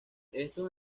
estos